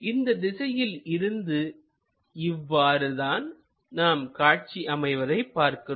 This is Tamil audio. இந்த திசையில் இருந்து இவ்வாறுதான் நாம் காட்சி அமைவதைப் பார்க்கிறோம்